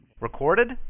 Recorded